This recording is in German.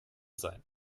sein